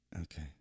Okay